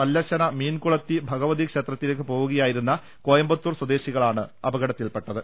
പല്ലശ്ശേന മീൻകുളത്തി ഭഗവതി ക്ഷേത്രത്തിലേക്ക് പോകുകയായിരുന്ന കോയമ്പത്തൂർ സ്വദേശി കളാണ് അപകടത്തിൽപ്പെട്ടത്